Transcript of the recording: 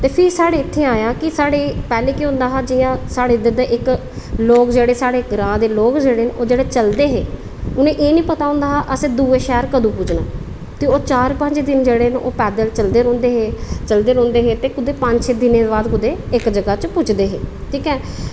ते फ्ही साढ़े इत्थें आया की साढ़े इत्थें पैह्लें केह् होंदा हा की साढ़े इद्धर दे इक्क पराने लोग जेह्ड़े ओह् लोग जेल्लै चलदे हे उनें ई एह् निं पता होंदा की असें दूऐ शैह्र कदूं पुज्जना ओह् चार पंज दिन जेह्ड़े पैदल चलदे रौहंदे हे ते कुदै पंज छे दिन बाद कुदै इक्क जगह उप्पर पुज्जदे हे ठीक ऐ